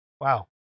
Wow